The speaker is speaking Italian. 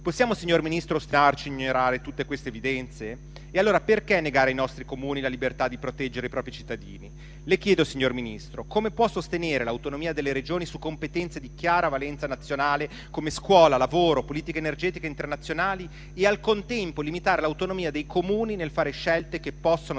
Possiamo, signor Ministro, ostinarci ad ignorare tutte queste evidenze? Allora perché negare ai nostri Comuni la libertà di proteggere i propri cittadini? Le chiedo, signor Ministro: come può sostenere l'autonomia delle Regioni su competenze di chiara valenza nazionale come scuola, lavoro, politiche energetiche internazionali e, al contempo, limitare l'autonomia dei Comuni nel fare scelte che possono salvare